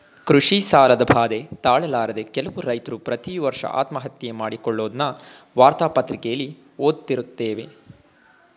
ಕೃಷಿ ಸಾಲದ ಬಾಧೆ ತಾಳಲಾರದೆ ಕೆಲವು ರೈತ್ರು ಪ್ರತಿವರ್ಷ ಆತ್ಮಹತ್ಯೆ ಮಾಡಿಕೊಳ್ಳದ್ನ ವಾರ್ತಾ ಪತ್ರಿಕೆಲಿ ಓದ್ದತಿರುತ್ತೇವೆ